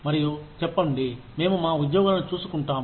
మరియు చెప్పండి మేము మా ఉద్యోగులను చూసుకుంటాము